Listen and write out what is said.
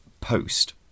post